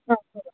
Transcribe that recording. অ হ'ব